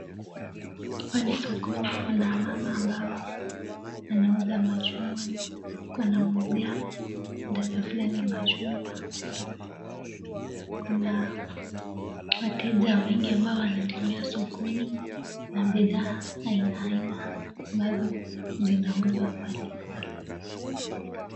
Hapa ni sokoni. Kuna mama ambao anauza machungwa na kuimuzia dada fulani machungwa. Kuna wateja wengi ambao wanatembea sokoni na bidhaa aina aina ambazo zinauzwa pale pale.